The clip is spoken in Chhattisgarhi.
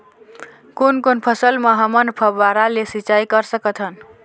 कोन कोन फसल म हमन फव्वारा ले सिचाई कर सकत हन?